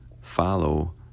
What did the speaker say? follow